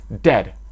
dead